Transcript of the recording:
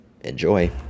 Enjoy